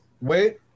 wait